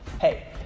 Hey